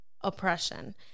oppression